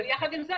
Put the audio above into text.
אבל יחד עם זה,